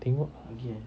tengok ah